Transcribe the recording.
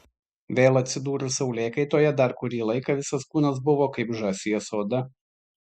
vėl atsidūrus saulėkaitoje dar kurį laiką visas kūnas buvo kaip žąsies oda